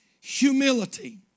humility